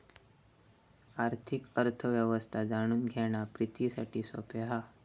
आर्थिक अर्थ व्यवस्था जाणून घेणा प्रितीसाठी सोप्या हा